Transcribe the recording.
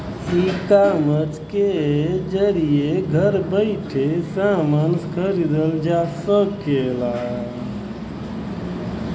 ecommerce के जरिये घर बैइठे समान खरीदल जा सकला